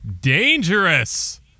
Dangerous